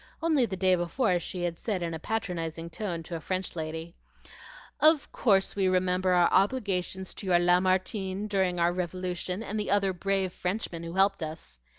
only the day before she had said in a patronizing tone to a french lady of course we remember our obligations to your lamartine during our revolution, and the other brave frenchmen who helped us.